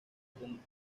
con